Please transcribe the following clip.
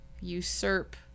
usurp